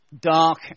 dark